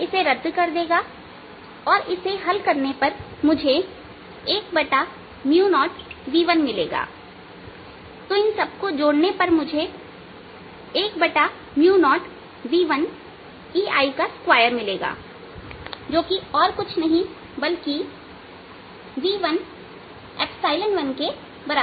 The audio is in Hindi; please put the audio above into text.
यह इसे रद्द कर देगा और इसे हल करने पर मुझे 10v1 मिलेगा तो इन सब को जोड़ने पर मुझे 10v1EI2मिलेगा जो कि और कुछ नहीं बल्कि v11 के बराबर है